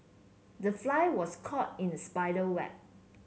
the fly was caught in the spider web